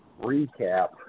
recap